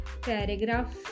Paragraph